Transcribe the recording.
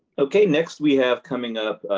okay, next we have coming up,